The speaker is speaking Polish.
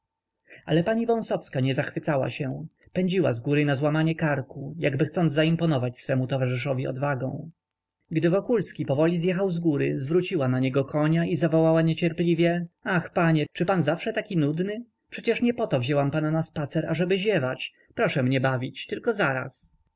ale pani wąsowska nie zachwycała się pędziła z góry na złamanie karku jakby chcąc zaimponować swemu towarzyszowi odwagą gdy wokulski powoli zjechał z góry zwróciła do niego konia i zawołała niecierpliwie ach panie czy pan zawsze taki nudny przecież nie poto wzięłam pana na spacer ażeby ziewać proszę mnie bawić tylko zaraz